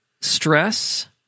stress